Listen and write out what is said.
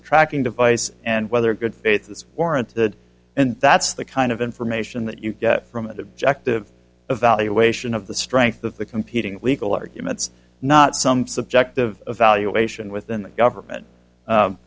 a tracking device and whether good faith is warranted and that's the kind of information that you get from an objective evaluation of the strength of the competing legal arguments not some subject of valuation within the government